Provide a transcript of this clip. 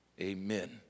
Amen